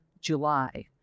July